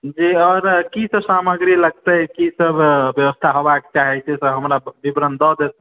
जी और किसब सामग्री लगते किसब व्यवस्था हेबाक चाही से हमरा विवरण दय देतहुॅं